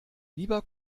lieber